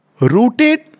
Rooted